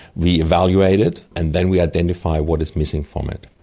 we evaluate it and then we identify what is missing from it.